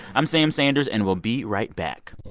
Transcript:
i'm sam sanders, and we'll be right back